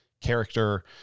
character